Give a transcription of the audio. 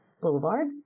Boulevard